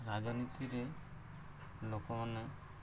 ରାଜନୀତିରେ ଲୋକମାନେ